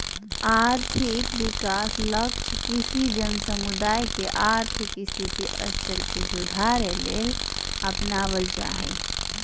और्थिक विकास लक्ष्य किसी जन समुदाय के और्थिक स्थिति स्तर के सुधारेले अपनाब्ल जा हइ